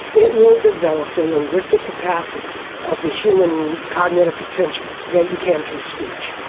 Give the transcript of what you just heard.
it will develop the linguistic capacity of the human cognitive potential that you can through speech.